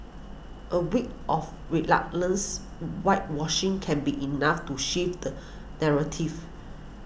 a week of whitewashing can be enough to shift the narrative